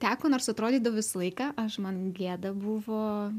teko nors atrodydavo visą laiką aš man gėda buvo